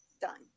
done